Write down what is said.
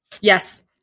Yes